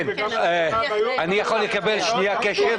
אני יכול לקבל קשב?